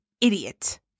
idiot